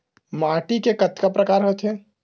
माटी के कतका प्रकार होथे?